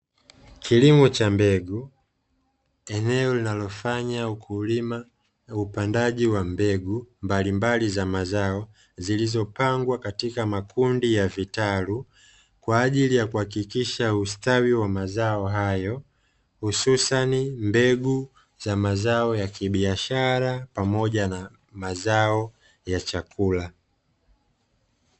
Kilimo cha mbegu, eneo linalofanya ukulima na upandaji wa mbegu mbalimbali za mazao zilizopangwa katika makundi ya vitalu kwa ajili ya kuhakikisha ustawi wa mazao hayo, hususani mbegu za mazao ya kibiashara pamoja na mazao ya chakula.